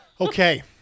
Okay